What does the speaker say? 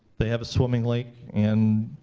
they have a swimming lake, and